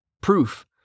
Proof